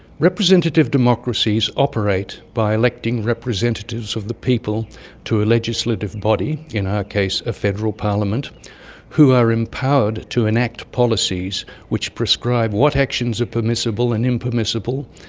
representative democracies operate by electing representatives of the people to a legislative body in our case a federal parliament who are empowered to enact policies which prescribe what actions are permissible and impermissible,